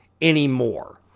anymore